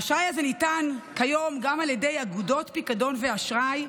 האשראי הזה ניתן כיום גם על ידי אגודות פיקדון ואשראי,